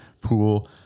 pool